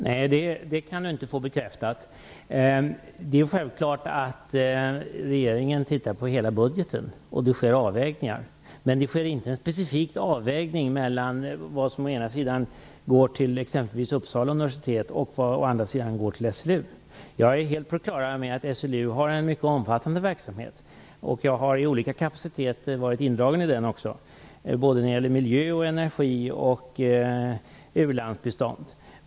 Fru talman! Det kan Beatrice Ask inte få bekräftat. Det är självklart att regeringen ser på hela budgeten och att det sker avvägningar. Men det sker inte någon specifik avvägning mellan vad som å ena sidan går till Uppsala universitet och vad som å andra sidan går till SLU. Jag är helt på det klara med att SLU har en mycket omfattande verksamhet, som jag i olika kapacitet har varit indragen i när det gäller såväl energi och miljö som u-landsbistånd.